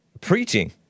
preaching